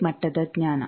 tech ಮಟ್ಟದ ಜ್ಞಾನ